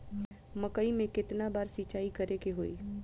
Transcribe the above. मकई में केतना बार सिंचाई करे के होई?